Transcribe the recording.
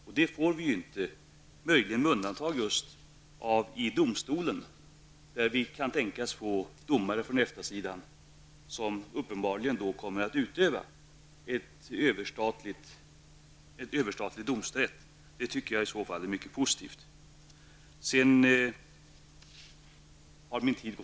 Och det får vi inte, möjligen med undantag av just domstolen, där vi kan tänkas få domare från EFTA-sidan, som uppenbarligen kommer att utöva en överstatlig domsrätt. Det tycker jag i så fall är mycket positivt.